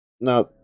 Now